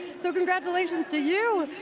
so congratulations to you!